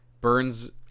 burns